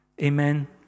Amen